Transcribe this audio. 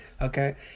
okay